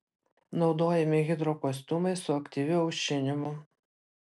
naudojami hidrokostiumai su aktyviu aušinimu